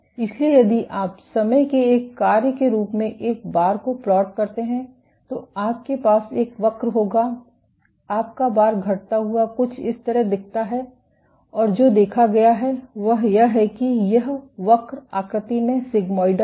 इसलिए यदि आप समय के एक कार्य के रूप में एक बार को प्लॉट करते हैं तो आपके पास एक वक्र होगा आपका बार घटता हुआ कुछ इस तरह दिखता हैं और जो देखा गया है वह यह है कि यह वक्र आकृति में सिग्मोइडल है